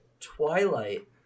twilight